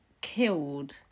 killed